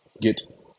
get